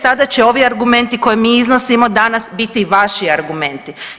Tada će ovi argumenti koje mi iznosimo danas biti vaši argumenti.